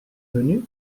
venu